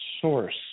source